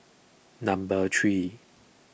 number three